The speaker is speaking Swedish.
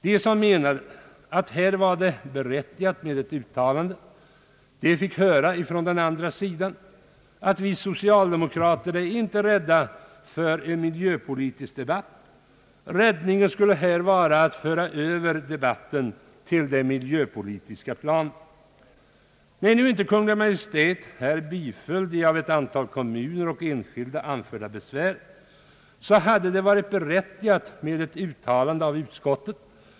De som menat att ett uttalande var berättigat fick från den andra sidan höra att vi socialdemokrater inte är rädda för en miljöpolitisk debatt och att räddningen skulle vara att föra över debatten till det miljöpolitiska planet. När Kungl. Maj:t nu inte biföll de besvär som anförts av ett antal kommuner och enskilda hade det varit berättigat med ett uttalande från utskottet.